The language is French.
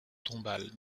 tombales